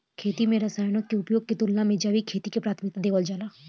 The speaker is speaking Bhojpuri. खेती में रसायनों के उपयोग के तुलना में जैविक खेती के प्राथमिकता देवल जाला